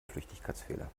flüchtigkeitsfehler